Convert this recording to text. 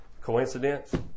Coincidence